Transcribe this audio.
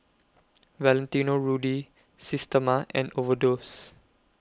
Valentino Rudy Systema and Overdose